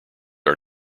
are